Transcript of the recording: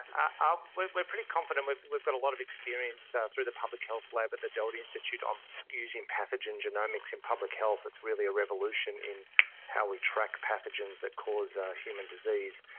um we're we're pretty confident, we've we've got a lot of experience yeah through the public health lab at the doherty institute on using pathogen genomics in public health, it's really a revolution in how we track pathogens that cause human disease.